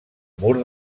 mur